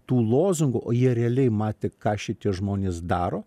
tų lozungų o jie realiai matė ką šitie žmonės daro